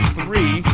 three